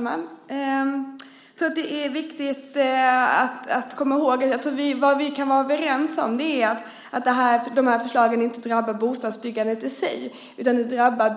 Fru talman! Vad vi kan vara överens om är att dessa förslag inte drabbar bostadsbyggandet i sig utan